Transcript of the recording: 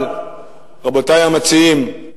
אבל, רבותי המציעים,